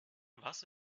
was